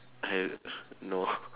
I no